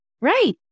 Right